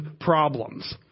problems